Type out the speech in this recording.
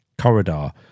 corridor